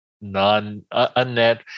non-unnet